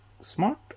smart